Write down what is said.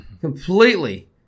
completely